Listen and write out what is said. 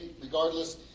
regardless